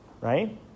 right